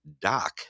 Doc